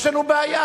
יש לנו בעיה.